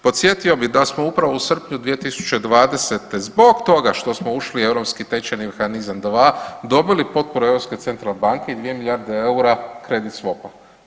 Podsjetio bih da smo upravo u srpnju 2020. zbog toga što smo ušli u europski tečajni mehanizam 2 dobili potporu Europske centralne banke i 2 milijarde eura kredit swap-a.